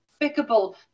despicable